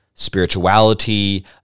spirituality